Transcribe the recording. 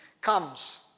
comes